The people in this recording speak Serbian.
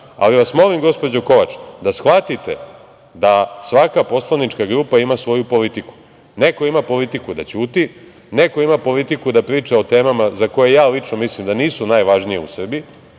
Kovač, molim vas da shvatite da svaka poslanička grupa ima svoju politiku. Neko ima politiku da ćuti, neko ima politiku da priča o temama za koje ja lično mislim da nisu najvažnije u Srbiji,